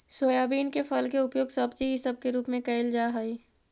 soybean के फल के उपयोग सब्जी इसब के रूप में कयल जा हई